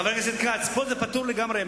חבר הכנסת כץ, פה זה פתור לגמרי.